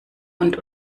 und